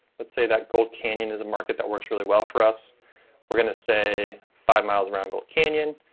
let's say that gold canyon is a market that works really well for us we're going to say five miles around gold canyon,